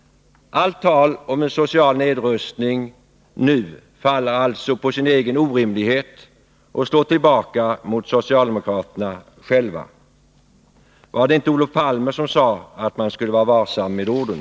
Allt tal om en social nedrustning nu faller alltså på sin egen orimlighet och slår tillbaka mot socialdemokraterna själva. Var det inte Olof Palme som sade att man skulle vara varsam med orden?